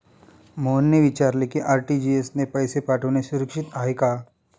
मोहनने विचारले की आर.टी.जी.एस ने पैसे पाठवणे सुरक्षित आहे का?